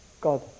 God